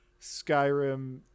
Skyrim